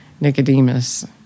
Nicodemus